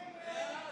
אתם בעד